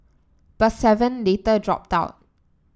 but seven later dropped out